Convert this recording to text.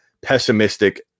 pessimistic